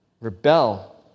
Rebel